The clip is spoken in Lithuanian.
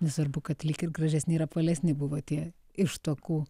nesvarbu kad lyg ir gražesni ir apvalesni buvo tie ištuokų